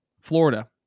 Florida